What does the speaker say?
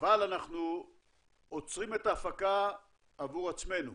אבל אנחנו עוצרים את ההפקה עבור עצמנו,